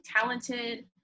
talented